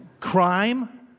Crime